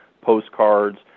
postcards